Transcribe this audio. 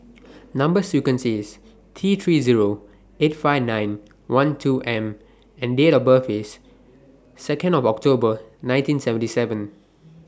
Number sequence IS T three Zero eight five nine one two M and Date of birth IS Second of October nineteen seventy seven